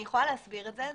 אני יכולה להסביר את זה.